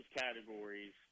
categories